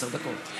עשר דקות.